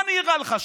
מה נראה לך,